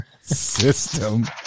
system